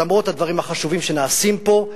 למרות הדברים החשובים שנעשים פה.